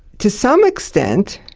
to some extent,